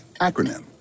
acronym